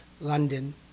London